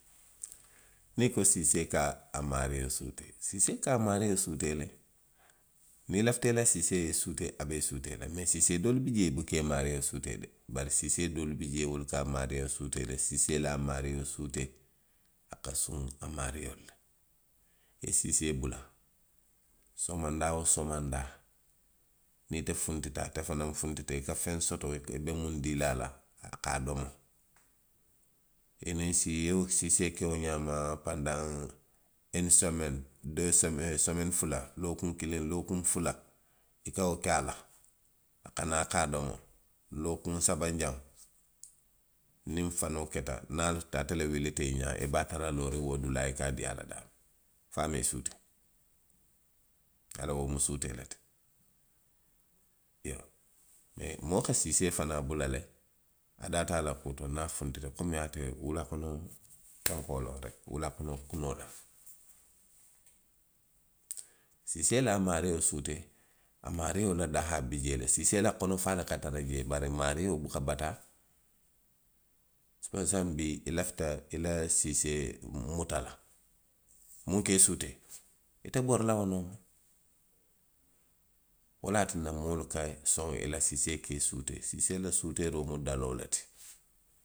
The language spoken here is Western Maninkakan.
Niŋ i ko siisee ka a maario suutee le, siisee ka a mario suutee le. Niŋ i lafita i la siisee ye i suutee, a be i suutee la le. siisee doolu bi jee i buka i maario suutee de. Bari siisee doolu jee wolu ka a maario suutee. siisee la a maario suutee, a ka suŋ a maario le la. i ye siisee bula, somondaa woo somondaa. niŋ ite funtita, afanaŋ funtita, i ye feŋ soto i be miŋ dii la a la, a ka a domo, i ye i la siisee ke wo ňaama pandaw ini someeni, doo someeni, someeni fula, lookuŋ kiliŋ, lookuŋ fula, i ka wo ke a la. a ka naa ka a domo, lookuŋ sabanjaŋo, niŋ fanoo keta niŋ a ye a tara ate wulita ite ňaa, i be a tara looriw wo dulaa i ka a dii a la daamiw, fo a maŋ i suutee. I ye a loŋ wo mu suutee le ti; iyoo, moo ka siisee fanaŋ bula le, a daa te a la kuu to. Niŋ a funtita reki, puru ate wula kono fenkoo reki loŋ, wula kono kunoo loŋ. Siisee la a maario suutee, a maario la dahaa bi jee le, siisee la konofaa le ka a tara jee, bari a maario buka bataa. Saayiŋ saayiŋ bii, i lafita i la siisee muta la, miŋ ka i suutee, ite bori la wo nooma. Wo le ye a tinna moolu ka soŋ i la siisee i ye i suutee. Siisee la moo suutee mu daloo le ti.